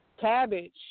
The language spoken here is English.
Cabbage